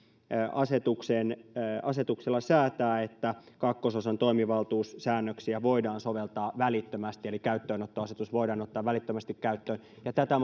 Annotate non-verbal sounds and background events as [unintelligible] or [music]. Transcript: asetuksella säätää että kakkososan toimivaltuussäännöksiä voidaan soveltaa välittömästi eli käyttöönottoasetus voidaan ottaa välittömästi käyttöön ja tätä [unintelligible]